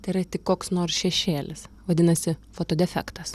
tėra tik koks nors šešėlis vadinasi foto defektas